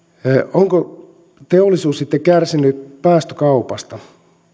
onko teollisuus sitten kärsinyt päästökaupasta